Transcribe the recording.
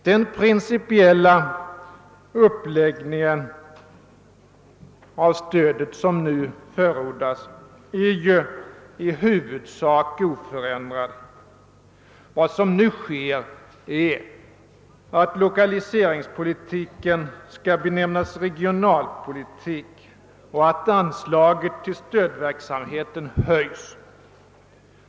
Den principiella uppläggning av stödet som nu förordas är ju i huvudsak oförändrad. Vad som nu sker är att 1okaliseringspolitiken benämns regionalpolitik och att anslaget till stödverksamheten höjs.